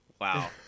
Wow